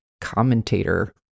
commentator